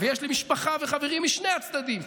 ויש לי משפחה וחברים טובים משני הצדדים,